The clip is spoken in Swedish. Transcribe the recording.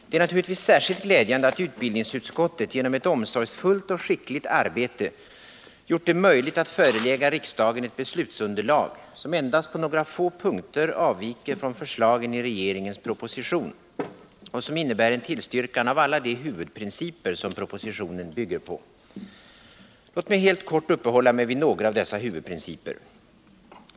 Det är naturligtvis särskilt glädjande att utbildningsutskottet genom ett omsorgsfullt och skickligt arbete gjort det möjligt att förelägga riksdagen ett beslutsunderlag som endast på några få punkter avviker från förslagen i regeringens proposition och som innebär en tillstyrkan av alla de huvudprinciper som propositionen bygger på. Låt mig helt kort uppehålla mig vid några av dessa huvudprinciper.